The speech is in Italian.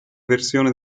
versione